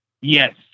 Yes